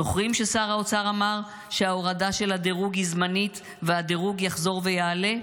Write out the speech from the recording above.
זוכרים ששר האוצר אמר שההורדה של הדירוג היא זמנית והדירוג יחזור ויעלה?